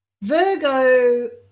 Virgo